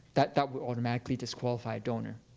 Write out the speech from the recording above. that that will automatically disqualify a donor.